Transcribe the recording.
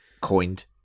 coined